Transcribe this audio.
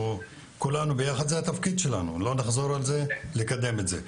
כולנו ביחד, התפקיד שלנו הוא לקדם את זה.